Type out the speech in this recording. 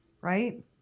Right